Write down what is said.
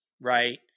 right